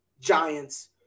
Giants